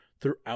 throughout